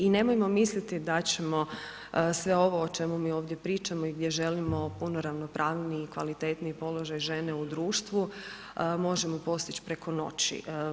I nemojmo misliti da ćemo sve ovo o čemu mi ovdje pričamo i gdje želimo puno ravnopravniji i kvalitetniji položaj žene u društvu, možemo postići preko noći.